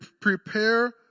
prepare